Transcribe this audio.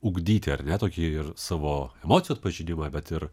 ugdyti ar ne tokį ir savo emocijų atpažinimą bet ir